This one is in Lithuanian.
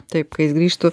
taip ka jis grįžtu